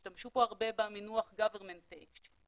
השתמשו פה הרבה במינוח government take,